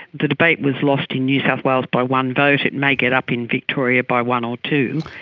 the debate was lost in new south wales by one vote, it may get up in victoria by one or two.